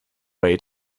way